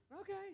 okay